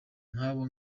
nk’abo